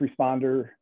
Responder